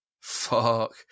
Fuck